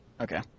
Okay